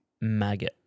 Maggot